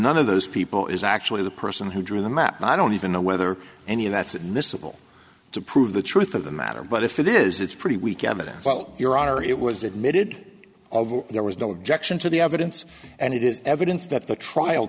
none of those people is actually the person who drew them up and i don't even know whether any of that's admissible to prove the truth of the matter but if it is it's pretty weak evidence but your honor it was admitted there was no objection to the evidence and it is evidence that the trial